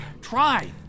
Try